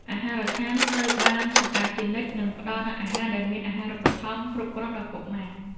អាហារដ្ឋានត្រូវបានសម្អាតជានិច្ចនិងផ្តល់នូវអាហារដែលមានអាហារូបត្ថម្ភគ្រប់គ្រាន់ដល់កុមារ។